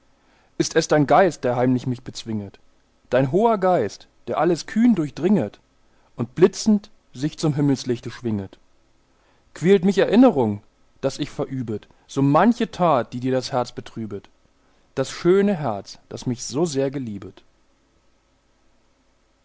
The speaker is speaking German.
ist es dein geist der heimlich mich bezwinget dein hoher geist der alles kühn durchdringet und blitzend sich zum himmelslichte schwinget quält mich erinnerung daß ich verübet so manche tat die dir das herz betrübet das schöne herz das mich so sehr geliebet